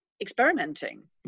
experimenting